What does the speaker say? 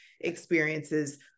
experiences